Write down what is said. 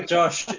Josh